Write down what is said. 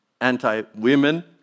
anti-women